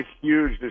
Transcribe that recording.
huge